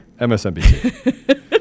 MSNBC